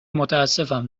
متاسفم